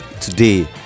today